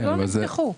נפתחו.